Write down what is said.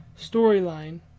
storyline